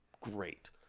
great